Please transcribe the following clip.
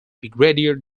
brigadier